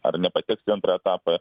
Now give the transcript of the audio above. ar nepateks į antrą etapą